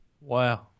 Wow